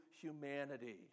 humanity